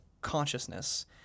consciousness